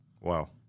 Wow